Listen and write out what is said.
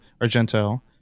Argento